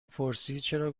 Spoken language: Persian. پرسیدچرا